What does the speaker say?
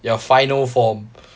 your final form